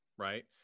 right